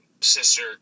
sister